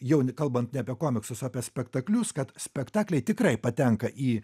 jau kalbant ne apie komiksus o apie spektaklius kad spektakliai tikrai patenka į